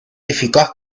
eficaz